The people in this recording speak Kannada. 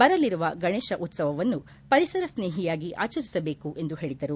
ಬರಲಿರುವ ಗಣೇಶ ಉತ್ಸವವನ್ನು ಪರಿಸರ ಸ್ನೇಹಿಯಾಗಿ ಆಚರಿಸಬೇಕು ಎಂದು ಹೇಳಿದರು